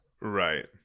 right